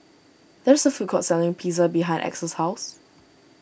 there is a food court selling Pizza behind Axel's house